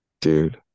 dude